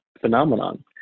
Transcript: phenomenon